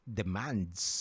demands